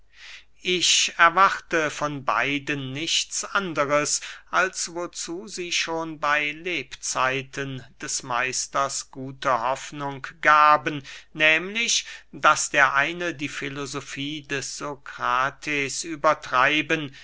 ich erwarte von beiden nichts anders als wozu sie schon bey lebzeiten des meisters gute hoffnung gaben nehmlich daß der eine die filosofie des sokrates übertreiben